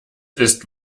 ist